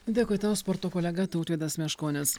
dėkui tau sporto kolega tautvydas meškonis